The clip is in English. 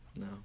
No